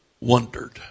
wondered